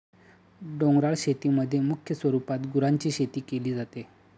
डोंगराळ शेतीमध्ये मुख्य स्वरूपात गुरांची शेती केली जाते